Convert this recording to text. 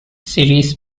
series